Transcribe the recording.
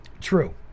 True